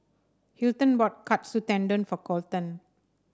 Hilton bought Katsu Tendon for Colton